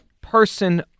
person